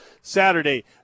Saturday